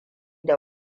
da